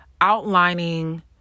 outlining